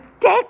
take